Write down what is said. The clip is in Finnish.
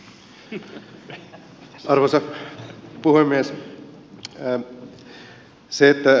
arvoisa puhemies